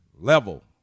level